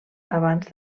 abans